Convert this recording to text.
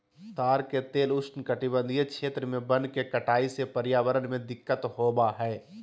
ताड़ के तेल उष्णकटिबंधीय क्षेत्र में वन के कटाई से पर्यावरण में दिक्कत होबा हइ